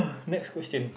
next question